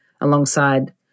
alongside